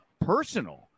personal